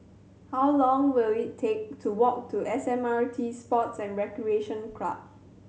how long will it take to walk to S M R T Sports and Recreation Club